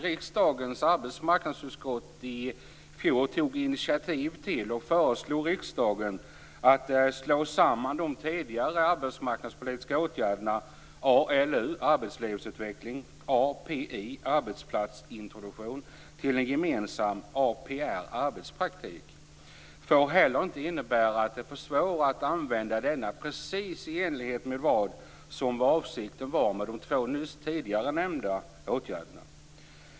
Riksdagens arbetsmarknadsutskott tog i fjol initiativ till att föreslå riksdagen att slå samman de arbetsmarknadspolitiska åtgärderna ALU, arbetslivsutveckling, och API, arbetsplatsintroduktion, till en gemensam åtgärd: APR, arbetspraktik. Detta faktum får inte innebära att det blir svårare att använda denna åtgärd i enlighet med vad som var avsikten med de två tidigare åtgärderna. Det är bra att näringsministern klargör det.